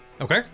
okay